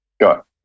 got